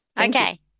Okay